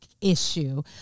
issue